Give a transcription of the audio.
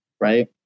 right